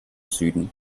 süden